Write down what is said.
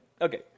okay